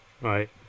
right